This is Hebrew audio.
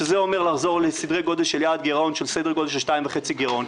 שזה אומר לחזור לסדרי גודל של יעד גרעון של סדר גודל של 2.5 גרעון,